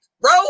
bro